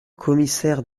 commissaire